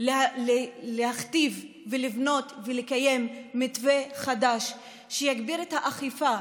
בלהכתיב ולבנות ולקיים מתווה חדש שיגביר את האכיפה,